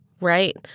right